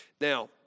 Now